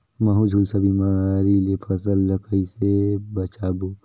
महू, झुलसा बिमारी ले फसल ल कइसे बचाबो?